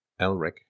Elric